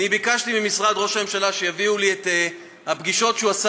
אני ביקשתי ממשרד ראש הממשלה שיביאו לי את הפגישות שהוא עשה